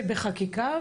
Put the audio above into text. זה בחקיקה?